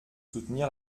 soutenir